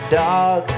dog